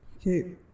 Okay